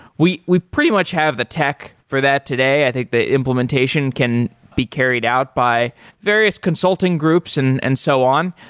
we we pretty much have the tech for that today. i think the implementation can be carried out by various consulting groups and and so on.